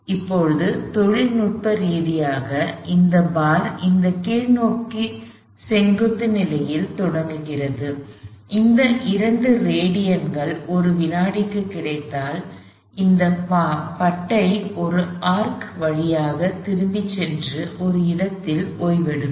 இப்போது தொழில்நுட்ப ரீதியாக இந்தப் பார் இந்த கீழ்நோக்கி செங்குத்து நிலையில் தொடங்கியது இந்த 2 ரேடியன்கள் ஒரு வினாடிக்கு கிடைத்தால் இந்தப் பட்டை ஒரு ஆர்க் வழியாக திரும்பிச்சென்று ஒரு இடத்தில் ஓய்வெடுக்கும்